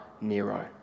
Nero